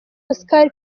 oscar